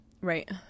right